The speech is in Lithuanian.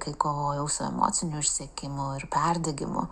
kai kovojau su emociniu išsekimu ir perdegimu